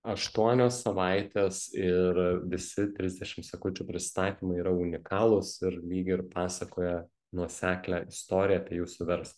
aštuonios savaitės ir visi trisdešim sekundžių prisistatymai yra unikalūs ir lyg ir pasakoja nuoseklią istoriją apie jūsų verslą